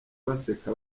baseka